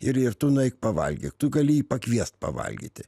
ir ir tu nueik pavalgyk tu gali jį pakviest pavalgyti